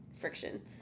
friction